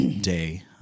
Day